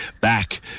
back